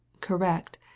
correct